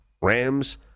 Rams